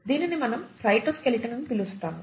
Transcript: దీనిని మనము సైటోస్కెలిటన్ అని పిలుస్తాము